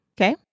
Okay